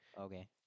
Okay